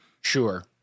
Sure